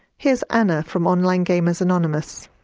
here's anna, from on-line gamers anonymous.